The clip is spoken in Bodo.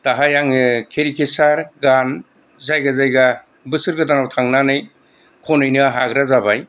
दाहाय आङो केरिकेचार गान जायगा जायगा बोसोर गोदानाव थांनानै खनहैनो हाग्रा जाबाय